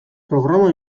programa